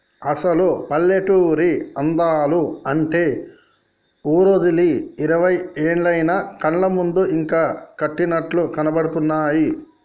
అసలు పల్లెటూరి అందాలు అంటే ఊరోదిలి ఇరవై ఏళ్లయినా కళ్ళ ముందు ఇంకా కట్టినట్లు కనబడుతున్నాయి